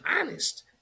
honest